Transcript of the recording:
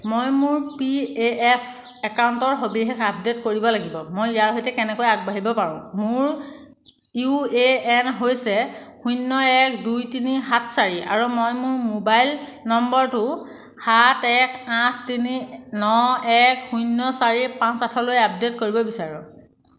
মই মোৰ P A F একাউণ্টৰ সবিশেষ আপডে'ট কৰিব লাগিব মই ইয়াৰ সৈতে কেনেকৈ আগবাঢ়িব পাৰোঁ মোৰ ইউ এ এন হৈছে শূন্য এক দুই তিনি সাত চাৰি আৰু মই মোৰ মোবাইল নম্বৰটো সাত এক আঠ তিনি ন এক শূন্য চাৰি পাঁচ আঠ লৈ আপডে'ট কৰিব বিচাৰোঁ